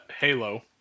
Halo